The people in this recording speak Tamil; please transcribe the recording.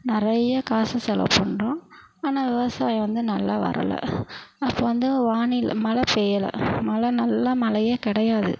நிறைய காசு செலவு பண்ணுறோம் ஆனால் விவசாயம் வந்து நல்லா வரலை அப்போ வந்து வானி மழை பெய்யலை மழை நல்லா மழையே கிடையாது